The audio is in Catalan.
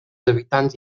habitants